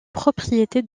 propriété